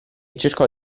cercò